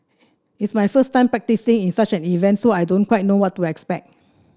it's my first time participating in such an event so I don't quite know what to expect